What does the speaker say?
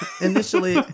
Initially